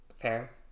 fair